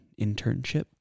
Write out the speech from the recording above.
internship